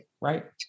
right